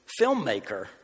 filmmaker